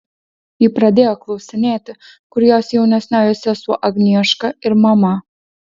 ji pradėjo klausinėti kur jos jaunesnioji sesuo agnieška ir mama